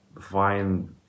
find